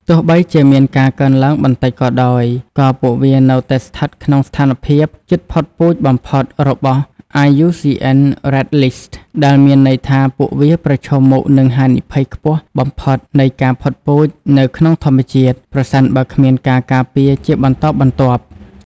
ទោះបីជាមានការកើនឡើងបន្តិចក៏ដោយ ក៏ពួកវានៅតែស្ថិតក្នុងស្ថានភាពជិតផុតពូជបំផុត របស់ IUCN Red List ដែលមានន័យថាពួកវាប្រឈមមុខនឹងហានិភ័យខ្ពស់បំផុតនៃការផុតពូជនៅក្នុងធម្មជាតិ ប្រសិនបើគ្មានការការពារជាបន្តបន្ទាប់។